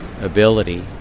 ability